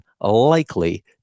likely